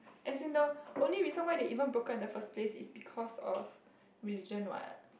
as in the only reason why they even broke up in the first place is because of religion what